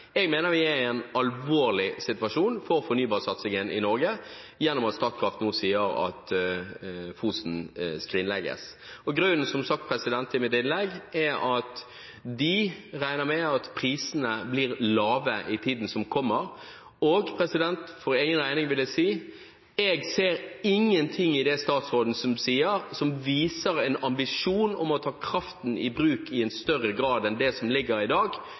Jeg er dypt uenig med statsråden i dette. Jeg mener vi er i en alvorlig situasjon for fornybarsatsingen i Norge gjennom at Statkraft nå sier at Fosen skrinlegges. Grunnen, som sagt i mitt innlegg, er at de regner med at prisene blir lave i tiden som kommer. For egen regning vil jeg si: Jeg ser ingenting i det statsråden sier, som viser en ambisjon om å ta kraften i bruk i større grad enn i dag